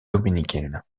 dominicaine